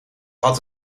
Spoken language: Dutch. had